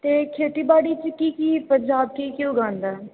ਅਤੇ ਖੇਤੀਬਾੜੀ 'ਚ ਕੀ ਕੀ ਪੰਜਾਬ ਕੀ ਕੀ ਉਗਾਉਂਦਾ